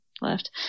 left